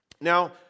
Now